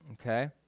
Okay